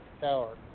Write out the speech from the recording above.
Tower